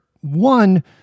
One